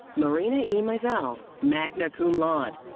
marina e. mizell, magna cum laude.